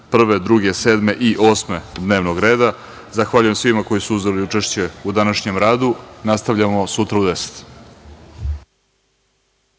1, 2, 7. i 8. dnevnog reda. Zahvaljujem svima koji su uzeli učešće u današnjem radu. Nastavljamo sutra u 10.00